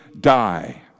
die